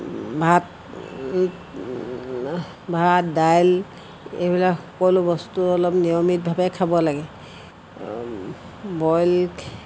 ভাত ভাত দাইল এইবিলাক সকলো বস্তু অলপ নিয়মিতভাৱে খাব লাগে বইল